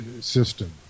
system